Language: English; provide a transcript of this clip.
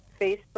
Facebook